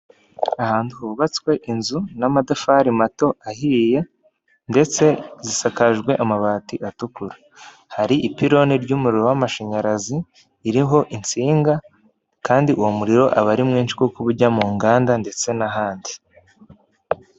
Ahantu hubatswe inzu n'amatafari mato ahiye, ndetse zisakajwe amabati atukura, hari ipiloni ry'umuriro w'amashanyarazi, ririho insinga kandi uwo muriro aba ari mwinshi kuko ujya mu nganda ndetse n'ahandi.